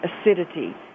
acidity